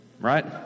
right